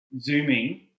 zooming